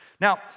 Now